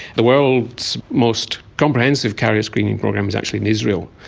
the world's most comprehensive carrier screening program is actually in israel,